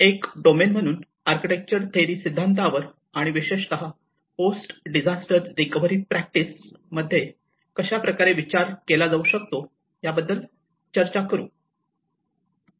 एक डोमेन म्हणून architecture theory सिद्धांतावर आणि विशेषतः पोस्ट डिजास्टर रिकव्हरी प्रॅक्टिस मध्ये कसे विचार करते याबद्दल चर्चा करू